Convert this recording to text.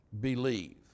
believe